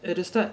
at the start